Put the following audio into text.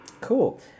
cool